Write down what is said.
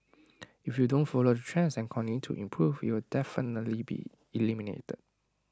if you don't follow the trends and continue to improve you'll definitely be eliminated